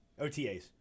OTAs